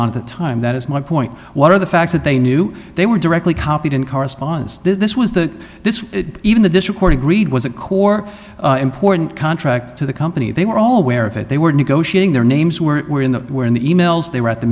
on at the time that is my point what are the facts that they knew they were directly copied in correspondence this was the this even though this record agreed was a core important contract to the company they were all aware of it they were negotiating their names were in that were in the emails they were at the